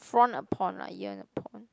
frown upon ah yearn upon